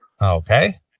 Okay